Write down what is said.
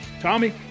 Tommy